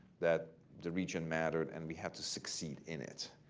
that the region mattered and we had to succeed in it.